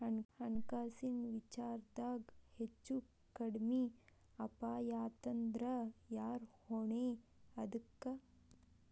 ಹಣ್ಕಾಸಿನ್ ವಿಚಾರ್ದಾಗ ಹೆಚ್ಚು ಕಡ್ಮಿ ಅಪಾಯಾತಂದ್ರ ಯಾರ್ ಹೊಣಿ ಅದಕ್ಕ?